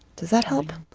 does that help?